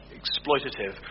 exploitative